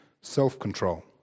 self-control